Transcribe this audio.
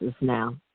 now